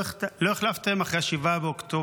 לא החלפתם דיסקט אחרי 7 באוקטובר.